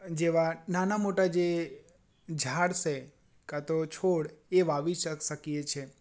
જેવા નાના મોટા જે ઝાડ છે કાંતો છોડ એ વાવી શક શકીએ છે